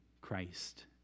Christ